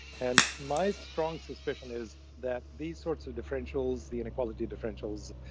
and my strong suspicion is that these sorts of differentials, the inequality differentials,